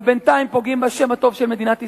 אבל בינתיים פוגעים בשם הטוב של מדינת ישראל,